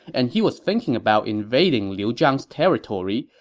and he was thinking about invading liu zhang's territory,